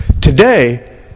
Today